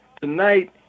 tonight